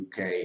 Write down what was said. UK